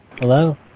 Hello